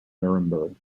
nuremberg